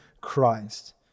christ